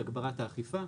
הגברת האכיפה,